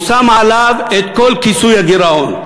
הוא שם עליו את כל כיסוי הגירעון: